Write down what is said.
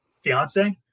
fiance